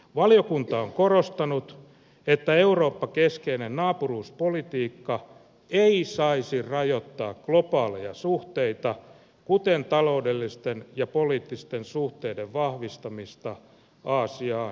valiokunta on korostanut että eurooppa keskeinen naapuruuspolitiikka ei saisi rajoittaa globaaleja suhteita kuten taloudellisten ja poliittisten suhteiden vahvistamista aasiaan tai yhdysvaltoihin